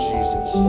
Jesus